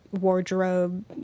wardrobe